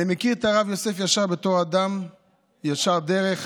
אני מכיר את הרב יוסף ישר בתור אדם ישר דרך,